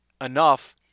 enough